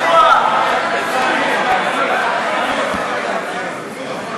דבר: כשעבדתי בכנסת השמונה-עשרה,